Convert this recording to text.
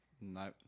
No